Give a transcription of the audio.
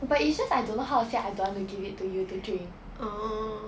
but it's just I don't know how to say I don't want to give it to you to drink